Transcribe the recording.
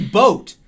boat